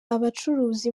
abacuruza